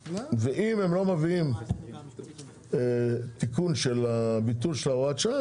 ואם הם לא מביאים תיקון של הביטול של הוראת השעה,